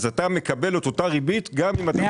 אז אתה מקבל את אותה ריבית גם אם אתה